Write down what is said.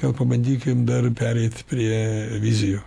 gal pabandykim dar pereit prie vizijų